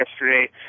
yesterday